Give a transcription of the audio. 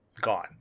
gone